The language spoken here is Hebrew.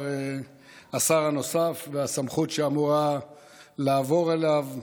השר הנוסף והסמכות שאמורה לעבור אליו,